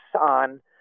on